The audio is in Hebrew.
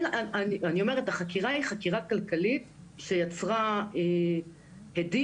אני אומרת החקירה היא חקירה כלכלית שיצרה הדים,